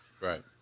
Right